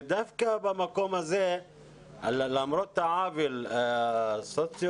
ודווקא במקום הזה למרות העוול הסוציו